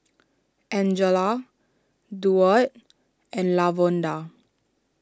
Angela Duard and Lavonda